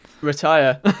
Retire